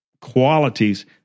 qualities